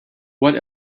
what